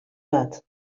bat